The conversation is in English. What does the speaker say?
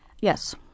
Yes